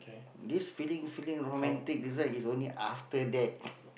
this feeling feeling romantic this one is only after that